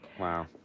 Wow